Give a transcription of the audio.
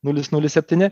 nulis nulis septyni